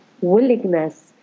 willingness